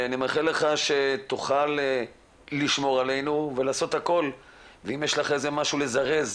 אני מאחל לך שתוכל לשמור עלינו ולעשות הכול ואם יש לך משהו לזרז